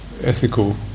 ethical